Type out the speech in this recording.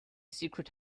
secret